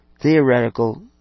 theoretical